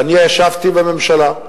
ואני ישבתי בממשלה,